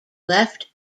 left